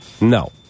No